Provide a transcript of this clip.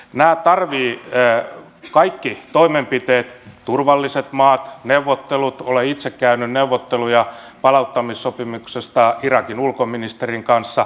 nämä tarvitsevat kaikki toimenpiteet turvalliset maat neuvottelut ja olen itse käynyt neuvotteluja palauttamissopimuksesta irakin ulkoministerin kanssa